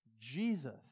Jesus